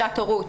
שעת הורות,